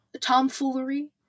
tomfoolery